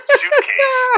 suitcase